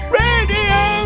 radio